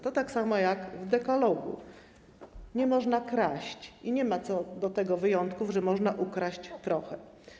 To tak samo, jak w Dekalogu: nie można kraść i nie ma tu wyjątków, że można ukraść trochę.